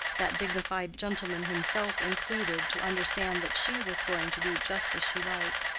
that dignified gentleman himself included, to understand that she was going to do just as she liked,